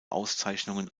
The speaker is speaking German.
auszeichnungen